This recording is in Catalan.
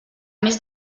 més